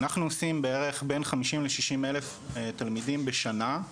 אנחנו עושים בערך בין 50-60 אלף תלמידים בשנה,